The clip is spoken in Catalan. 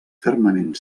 fermament